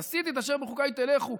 ועשיתי את אשר בחֻקַּי תלכו".